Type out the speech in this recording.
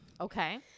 Okay